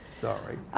sorry.